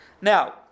Now